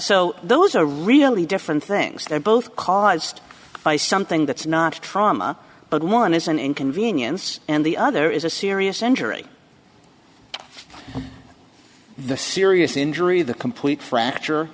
so those are really different things they're both caused by something that's not a trauma but one is an inconvenience and the other is a serious injury the serious injury the complete fracture